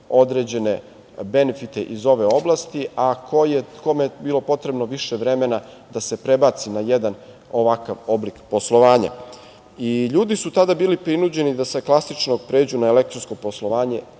određene benefite iz ove oblasti, a kome je bilo potrebno više vremena da se prebaci na jedan ovakav oblik poslovanja. Ljudi su tada bili prinuđeni da sa klasičnog pređu na elektronsko poslovanje